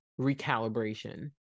recalibration